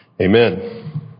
Amen